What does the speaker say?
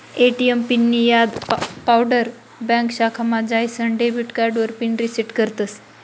ATM पिननीं याद पडावर ब्यांक शाखामा जाईसन डेबिट कार्डावर पिन रिसेट करतस